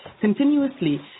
continuously